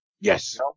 Yes